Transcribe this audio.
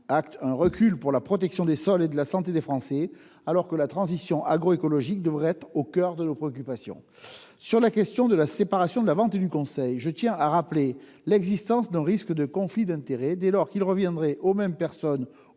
acte un recul pour la protection des sols et de la santé des Français, alors que la transition agroécologique devrait être au coeur de nos préoccupations. S'agissant de la séparation des activités de vente et de conseil, je tiens à rappeler l'existence d'un risque de conflit d'intérêts, dès lors qu'il reviendrait aux mêmes personnes